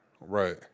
Right